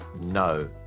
No